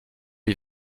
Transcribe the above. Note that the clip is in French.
lui